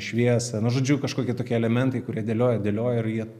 šviesą nu žodžiu kažkokie tokie elementai kurie dėlioja dėlioja ir jie